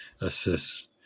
assists